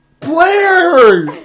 Blair